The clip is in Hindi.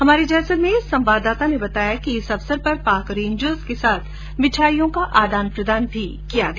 हमारे जैसलमेर संवाददाता ने बताया कि इस अवसर पर पाक रैंजर्स के साथ मिठाईयों का आदान प्रदान भी किया गया